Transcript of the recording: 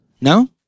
No